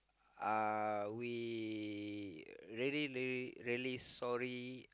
uh we really really really sorry